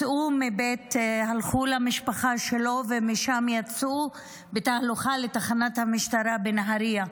הלכו למשפחה שלו ומשם יצאו בתהלוכה לתחנת המשטרה בנהריה,